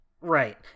Right